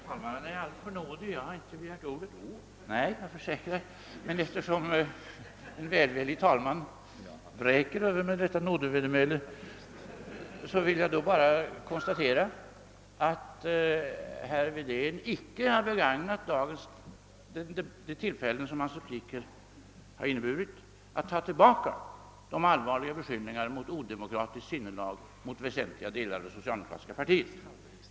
Herr talmannen är alltför nådig — jag har inte begärt ordet. Men eftersom en välvillig talman tillerkänner mig detta nådevedermäle, vill jag ändå konstatera att herr Wedén icke har begagnat de tillfällen, som hans repliker givit, till att ta tillbaka de allvarliga beskyllning ar för odemokratiskt sinnelag som han gjorde mot väsentliga delar av det socialdemokratiska partiet.